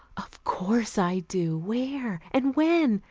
of course i do. where? and when?